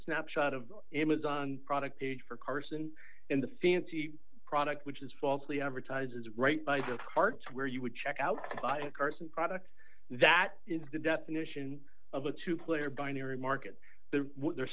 snapshot of amazon product page for carson and the fancy product which is falsely advertises right by the part where you would check out buying carson product that is the definition of a two player binary market the